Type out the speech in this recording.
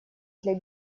для